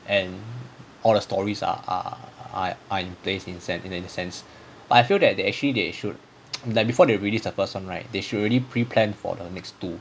and all the stories are are are in placed in sense and make sense but I feel that they actually they should like before they released the first [one] right they should already pre plan for the next two